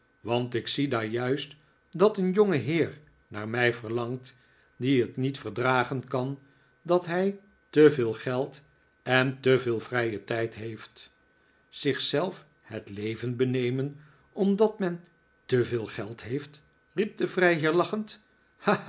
want ik zie daar juist dat een jongeheer naar mij verlangt die het niet verdragen kan dat hij te veel geld en te veel vrijen tijd heeft zich zelf het leven benemen omdat men te veel geld heeft riep de vrijheer lachend